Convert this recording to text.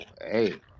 hey